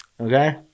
Okay